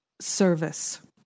service